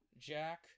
Jack